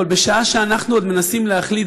אבל בשעה שאנחנו עוד מנסים להחליט